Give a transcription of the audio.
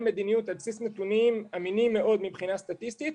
מדיניות על בסיס נתונים אמינים מאוד מבחינה סטטיסטית,